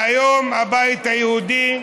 והיום הבית היהודי,